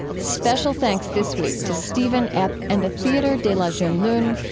special thanks this week to steven epp and the theatre de la jeune lune,